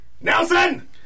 Nelson